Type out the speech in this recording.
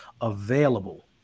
available